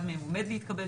אחד מהם עומד להתקבל.